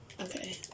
Okay